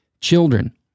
Children